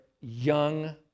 young